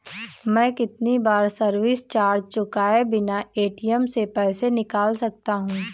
मैं कितनी बार सर्विस चार्ज चुकाए बिना ए.टी.एम से पैसे निकाल सकता हूं?